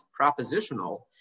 propositional